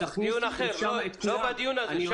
לא בדיון הזה.